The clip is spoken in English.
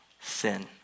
sin